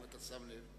אם אתה שם לב.